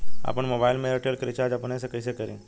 आपन मोबाइल में एयरटेल के रिचार्ज अपने से कइसे करि?